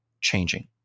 changing